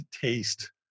taste